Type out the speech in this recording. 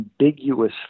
ambiguous